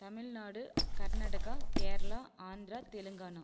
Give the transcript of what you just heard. Tamil Nadu Karnataka Kerala Andhra Telangana